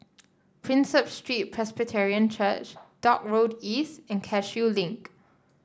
Prinsep Street Presbyterian Church Dock Road East and Cashew Link